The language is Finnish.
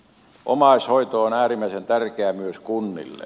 omaishoito on äärimmäisen tärkeää myös kunnille